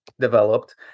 developed